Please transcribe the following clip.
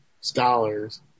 scholars